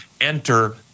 enter